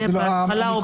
שזה יהיה בהתחלה או בסוף?